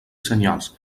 senyals